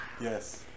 Yes